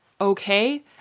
okay